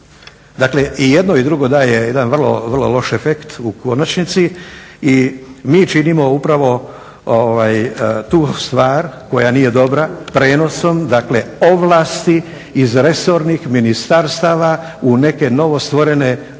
dakle i jedno i drugo daje jedan vrlo loš efekt u konačnici i mi činimo upravo tu stvar koja nije dobra prijenosom dakle ovlasti iz resornih ministarstava u neke novostvorene